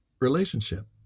relationship